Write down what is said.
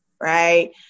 right